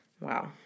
Wow